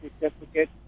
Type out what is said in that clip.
certificate